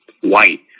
white